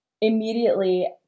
immediately